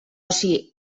oci